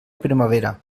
primavera